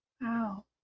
Wow